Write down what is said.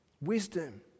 Wisdom